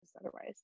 otherwise